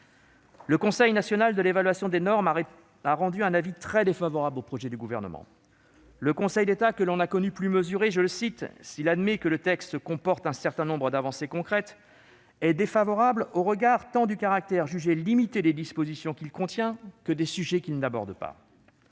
Le Conseil national d'évaluation des normes a rendu un avis très défavorable sur le projet du Gouvernement. Le Conseil d'État, que l'on a connu plus mesuré, « s'il admet que le texte comporte un certain nombre d'avancées concrètes, est défavorable au regard tant du caractère jugé limité des dispositions qu'il contient, que des sujets qu'il n'aborde pas